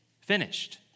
finished